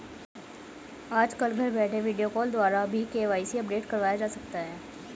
आजकल घर बैठे वीडियो कॉल द्वारा भी के.वाई.सी अपडेट करवाया जा सकता है